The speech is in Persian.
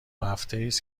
هفتست